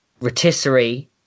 rotisserie